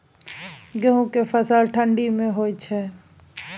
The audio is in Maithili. गेहूं के फसल ठंडी मे होय छै?